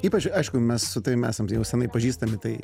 ypač aišku mes su tavim esam jau seniai pažįstami tai